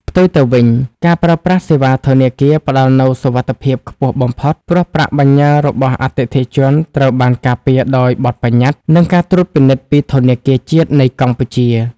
ផ្ទុយទៅវិញ ការប្រើប្រាស់សេវាធនាគារផ្ដល់នូវសុវត្ថិភាពខ្ពស់បំផុត ព្រោះប្រាក់បញ្ញើរបស់អតិថិជនត្រូវបានការពារដោយបទប្បញ្ញត្តិ និងការត្រួតពិនិត្យពីធនាគារជាតិនៃកម្ពុជា។